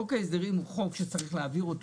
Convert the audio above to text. חוק ההסדרים הוא חוק שצריך להעביר אותו